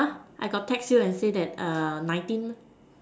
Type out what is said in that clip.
I got text you and say that nineteen